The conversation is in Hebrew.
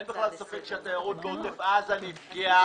אין בכלל ספק שהתיירות בעוטף עזה נפגעה.